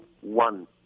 one